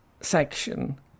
section